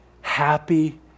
happy